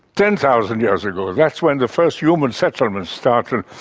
ten thousand years ago, that's when the first human settlements started,